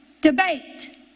debate